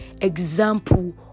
example